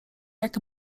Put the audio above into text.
jak